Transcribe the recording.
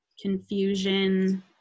confusion